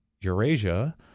Eurasia –